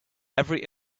every